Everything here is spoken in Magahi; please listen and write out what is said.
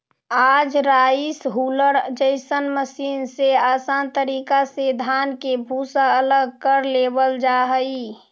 आज राइस हुलर जइसन मशीन से आसान तरीका से धान के भूसा अलग कर लेवल जा हई